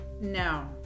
No